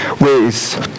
ways